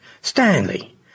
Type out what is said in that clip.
Stanley